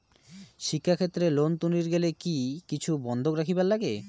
শিক্ষাক্ষেত্রে লোন তুলির গেলে কি কিছু বন্ধক রাখিবার লাগে?